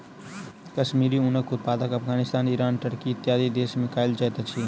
कश्मीरी ऊनक उत्पादन अफ़ग़ानिस्तान, ईरान, टर्की, इत्यादि देश में कयल जाइत अछि